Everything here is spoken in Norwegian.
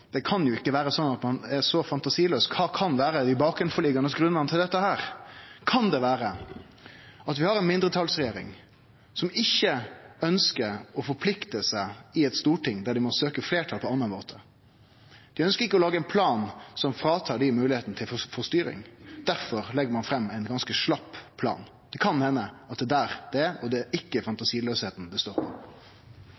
det kan ikkje vere slik at ein er så fantasilaus. Kva kan vere dei bakanforliggjande grunnane til dette? Kan det vere at vi har ei mindretalsregjering som ikkje ønskjer å forplikte seg i eit storting der dei må søkje fleirtal på ein annan måte? Dei ønskjer ikkje å lage ein plan som tek frå dei moglegheitene til å styre. Derfor legg ein fram ein ganske slapp plan. Det kan hende at det er der det ligg, og at det ikkje er det